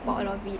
mmhmm